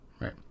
Right